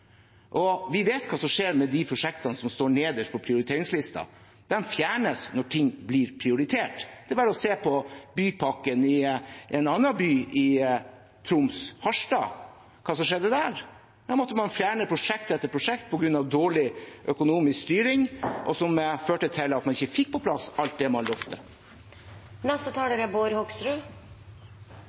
Og vi vet hva som skjer med de prosjektene som står nederst på prioriteringslisten; de fjernes når ting blir prioritert. Det er bare å se på bypakken i en annen by i Troms, Harstad, og hva som skjedde der. Der måtte man fjerne prosjekt etter prosjekt på grunn av dårlig økonomisk styring, noe som førte til at man ikke fikk på plass alt det man